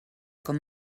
com